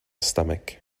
stomach